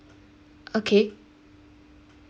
okay